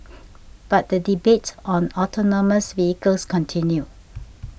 but the debate on autonomous vehicles continue